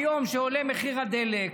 ביום שעולה מחיר הדלק,